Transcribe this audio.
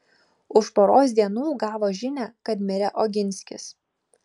už poros dienų gavo žinią kad mirė oginskis